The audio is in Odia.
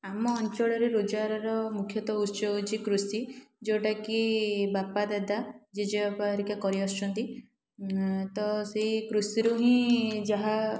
ଆମ ଅଞ୍ଚଳରେ ରୋଜଗାରର ମୁଖ୍ୟତଃ ଉତ୍ସ ହେଉଛି କୃଷି ଯେଉଁଟାକି ବାପା ଦାଦା ଜେଜେବାପା ହେରିକା କରି ଆସୁଛନ୍ତି ତ ସେଇ କୃଷିରୁ ହିଁ ଯାହା